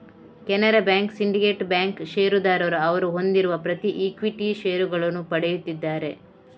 Canara bank, syndicate bank ಷೇರುದಾರರು ಅವರು ಹೊಂದಿರುವ ಪ್ರತಿ ಈಕ್ವಿಟಿ ಷೇರುಗಳನ್ನು ಪಡೆಯುತ್ತಿದ್ದಾರೆ